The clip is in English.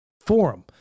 forum